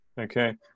Okay